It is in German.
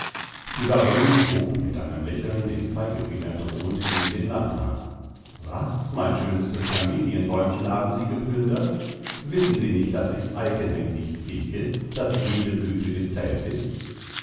die baronin hob mit einem lächeln den zeigefinger drohend gegen den landrat was mein schönstes kamelienbäumchen haben sie geplündert wissen sie nicht daß ich's eigenhändig pflege daß jede blüte gezählt ist